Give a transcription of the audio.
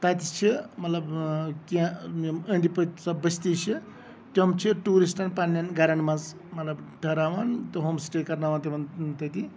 تَتہِ چھِ مطلب کیٚنہہ یِم أندۍ پٔکۍ سۄ بٔستی چھےٚ تِم چھِ ٹوٗرِسٹن پَنٕنین گرن منٛز مطلب ٹھہراوان مطلب ہوم سِٹے کَرناوان تِمن تٔتی